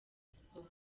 sport